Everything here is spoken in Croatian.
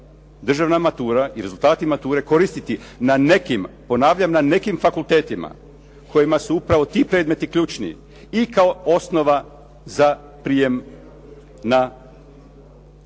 državna matura i rezultati mature koristiti na nekim, ponavljam na nekim fakultetima kojima su upravo ti predmeti ključni i kao osnova za prijem na